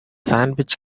sandwich